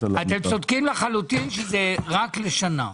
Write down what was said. על העמותה אתם צודקים לחלוטין שזה רק לשנה.